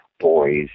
boys